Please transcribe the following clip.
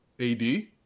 AD